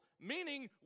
meaning